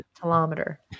kilometer